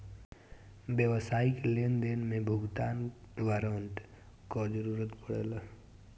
व्यावसायिक लेनदेन में भुगतान वारंट कअ जरुरत पड़ेला